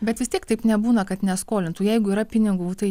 bet vis tiek taip nebūna kad neskolintų jeigu yra pinigų tai